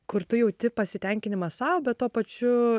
kur tu jauti pasitenkinimą sau bet tuo pačiu